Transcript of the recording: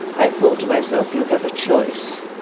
i thought to myself you have a choice,